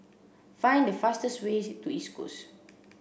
find the fastest ways to East Coast